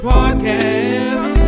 Podcast